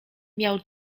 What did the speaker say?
miał